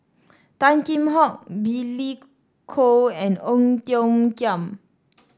Tan Kheam Hock Billy Koh and Ong Tiong Khiam